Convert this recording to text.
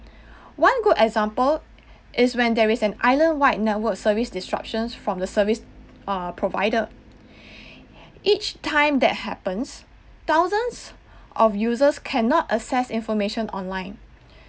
one good example is when there is an island wide network service disruptions from the service uh provider each time that happens thousands of users cannot access information online